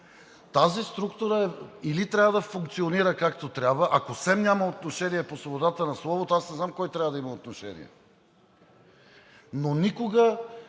Тази структура или трябва да функционира както трябва… Ако СЕМ няма отношение по свободата на словото, аз не знам кой трябва да има отношение. Но никога